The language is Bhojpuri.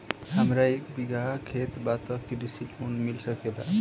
हमरा पास एक बिगहा खेत बा त कृषि लोन मिल सकेला?